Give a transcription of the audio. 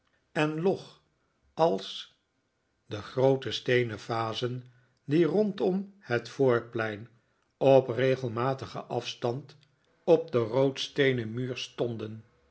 en log als de groote steenen vazen die rondom het voorplein op regelmatigen afstand op den rood steenen muur stonden